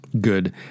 good